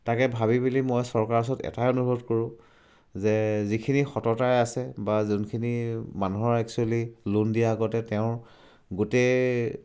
তাকে ভাবি পিনি মই চৰকাৰৰ ওচৰত এটাই অনুৰোধ কৰোঁ যে যিখিনি সততাৰে আছে বা যোনখিনি মানুহৰ একচুৱেলি লোন দিয়া আগতে তেওঁৰ গোটেই